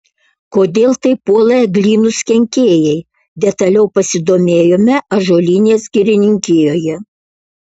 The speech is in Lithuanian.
kodėl taip puola eglynus kenkėjai detaliau pasidomėjome ąžuolynės girininkijoje